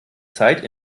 zeit